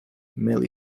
merely